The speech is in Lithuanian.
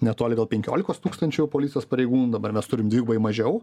netoli gal penkiolikos tūkstančių policijos pareigūnų dabar mes turim dvigubai mažiau